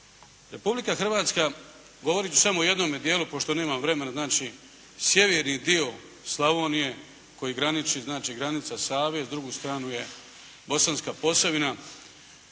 Republika Hrvatska, govoriti ću samo o jednome dijelu pošto nemam vremena, znači sjeverni dio Slavonije koji graniči, znači granica Save a s druge strane je Bosanska Posavina,